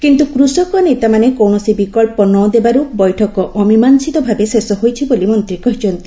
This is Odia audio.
କିନ୍ତୁ କୃଷକ ନେତାମାନେ କୌଣସି ବିକଳ୍ପ ନ ଦେବାରୁ ବୈଠକ ଅମିମାଂଶିତ ଭାବେ ଶେଷ ହୋଇଛି ବୋଲି ମନ୍ତ୍ରୀ କହିଛନ୍ତି